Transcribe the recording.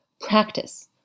practice